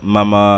Mama